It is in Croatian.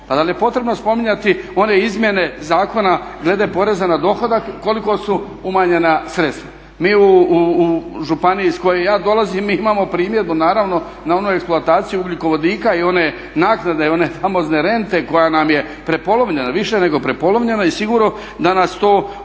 Pa da li je potrebno spominjati one izmjene zakona glede poreza na dohodak koliko su umanjena sredstva. Mi u županiji iz koje ja dolazim mi imamo primjedbu naravno na onu eksploataciju ugljikovodika i one naknade, one famozne rente koja nam je prepolovljena, više nego prepolovljena i sigurno da nas to ometa